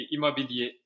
Immobilier